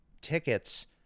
tickets